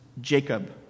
Jacob